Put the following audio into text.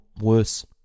worse